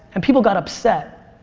and people got upset.